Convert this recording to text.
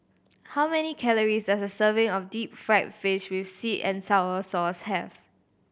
how many calories does a serving of deep fried fish with sweet and sour sauce have